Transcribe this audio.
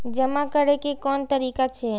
जमा करै के कोन तरीका छै?